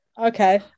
Okay